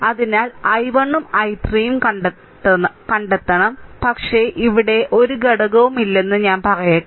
അതിനാൽ i1 ഉം i3 ഉം കണ്ടെത്തണം പക്ഷേ ഇവിടെ ഒരു ഘടകവുമില്ലെന്ന് ഞാൻ പറയട്ടെ